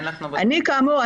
כאמור,